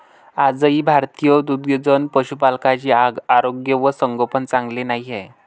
आजही भारतीय दुग्धजन्य पशुपालकांचे आरोग्य व संगोपन चांगले नाही आहे